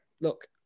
look